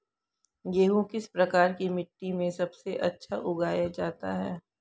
गेहूँ किस प्रकार की मिट्टी में सबसे अच्छा उगाया जाता है?